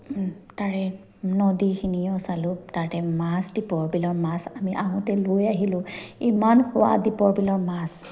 তাৰে নদীখিনিও চালোঁ তাতে মাছ দীপৰ বিলৰ মাছ আমি আহোঁতে লৈ আহিলোঁ ইমান সোৱাদ দীপৰ বিলৰ মাছ